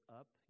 up